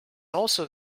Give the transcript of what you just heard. also